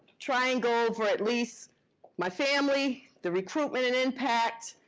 try and go over at least my family, the recruitment and impact,